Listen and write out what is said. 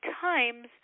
times